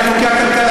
אלה חוקי הכלכלה,